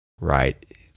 right